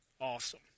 Awesome